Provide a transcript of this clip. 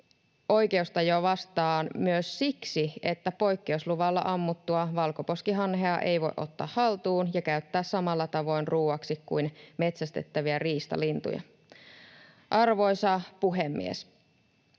oikeustajua vastaan myös siksi, että poikkeusluvalla ammuttua valkoposkihanhea ei voi ottaa haltuun ja käyttää samalla tavoin ruoaksi kuin metsästettäviä riistalintuja. Arvoisa puhemies!